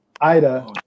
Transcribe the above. Ida